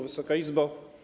Wysoka Izbo!